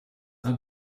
are